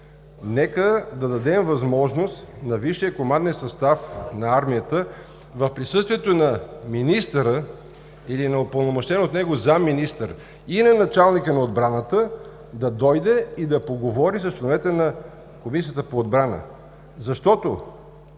Нека да дадем възможност на висшия команден състав на армията в присъствието на министъра или на упълномощен от него заместник-министър и на началника на отбраната да дойде и да поговори за членовете на Комисията по отбрана. В този